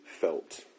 felt